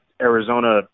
Arizona